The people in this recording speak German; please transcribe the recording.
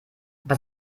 bei